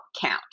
count